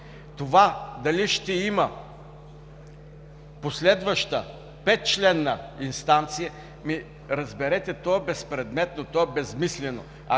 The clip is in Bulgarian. Това дали ще има последваща петчленна инстанция – разберете, то е безпредметно, то е безсмислено.